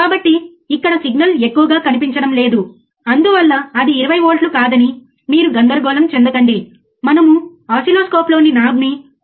కాబట్టి అతను దాదాపు 220 230 హెర్ట్జ్ 230 హెర్ట్జ్ నుండి మార్చుతున్నాడు మరియు అతను అలా మార్చినప్పుడు మీరు ఓసిల్లోస్కోప్ పై దృష్టి పెట్టండి సరియైనదా